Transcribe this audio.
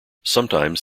sometimes